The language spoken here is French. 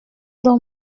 donc